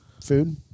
food